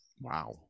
Wow